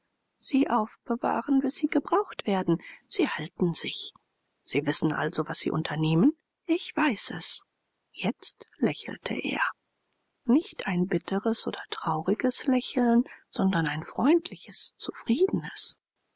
sie aufbewahren bis sie gebraucht werden sie halten sich sie wissen also was sie unternehmen ich weiß es jetzt lächelte er nicht ein bitteres oder trauriges lächeln sondern ein freundliches zufriedenes